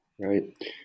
Right